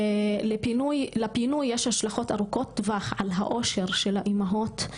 לפינוי יש השלכות ארוכות טווח על האושר של האימהות,